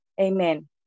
Amen